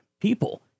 people